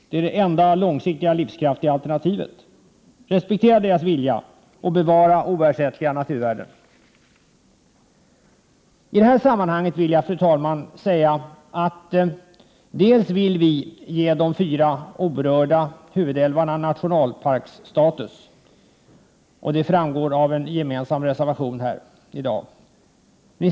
Det är det enda långsiktigt livskraftiga alternativet. Respektera deras vilja och bevara oersättliga naturvärden! I det här sammanhanget vill jag säga, fru talman, att vi vill ge de fyra orörda huvudälvarna nationalparksstatus, och det framgår av den för miljöpartiet, folkpartiet och centern gemensamma reservationen 12.